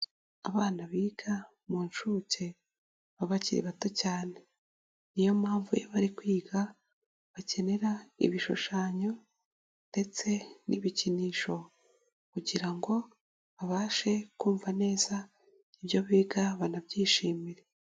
Abana biga mu nshuke baba bakiri bato cyane, ni yo mpamvu iyo bari kwiga bakenera ibishushanyo ndetse n'ibikinisho kugira ngo babashe kumva neza ibyo biga banabyishimire.